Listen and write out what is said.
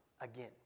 again